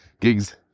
Gigs